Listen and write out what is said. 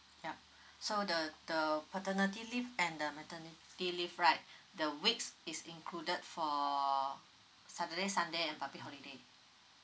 yup so the the paternity leave and the maternity leave right the weeks is included for saturday sunday and public holiday